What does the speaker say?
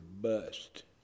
bust